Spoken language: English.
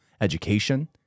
education